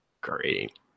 great